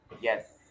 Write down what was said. Yes